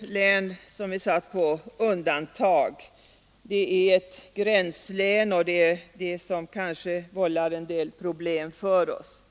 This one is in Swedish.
län är satt på undantag — det är ett gränslän, och det är kanske det som vållar en del problem för oss.